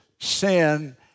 sin